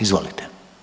Izvolite.